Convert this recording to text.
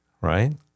right